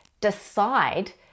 decide